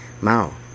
Mao